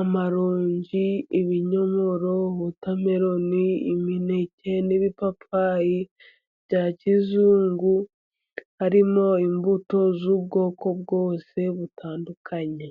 amaronji, ibinyomoro, wotameloni, imineke, n'ibipapayi bya kizungu. Harimo imbuto z'ubwoko bwose butandukanye.